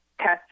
test